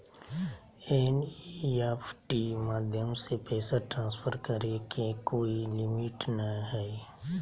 NEFT माध्यम से पैसा ट्रांसफर करे के कोय लिमिट नय हय